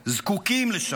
זקוקים לשלום,